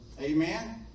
Amen